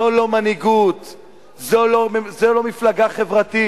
זו לא מנהיגות, זה לא מפלגה חברתית,